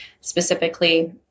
specifically